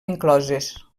incloses